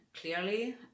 clearly